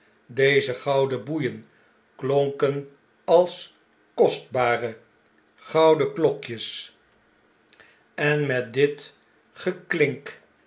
deze gouden boeien klonken als kostbare gouden klokjes en met dit geklink